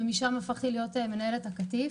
ומשם הפכתי להיות מנהלת הקטיף.